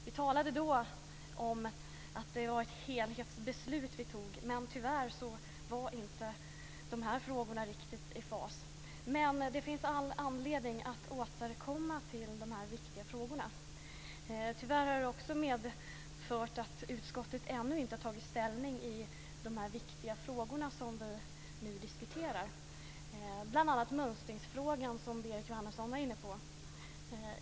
Vi talade då om att det var ett helhetsbeslut vi fattade, men tyvärr var inte de här frågorna riktigt i fas. Men det finns all anledning att återkomma till de här viktiga frågorna. Tyvärr har det också medfört att utskottet inte tagit ställning i de viktiga frågor som vi nu diskuterar, bl.a. mönstringsfrågan som Berit Jóhannesson var inne på.